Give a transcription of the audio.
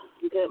Good